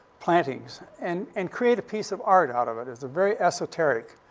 plantings and and create a piece of art out of it. it's very esoteric.